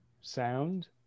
sound